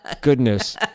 goodness